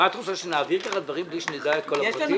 רוצה שנעביר ככה דברים בלי שנדע את כל הפרטים?